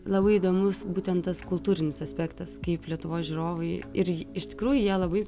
labai įdomus būtent tas kultūrinis aspektas kaip lietuvos žiūrovai ir iš tikrųjų jie labai